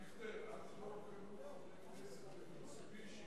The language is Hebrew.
אז לא, ב"מיצובישי".